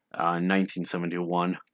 1971